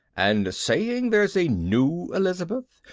and saying there's a new elizabeth,